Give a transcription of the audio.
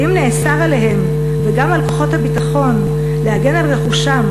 ואם נאסר עליהם וגם על כוחות הביטחון להגן על רכושם,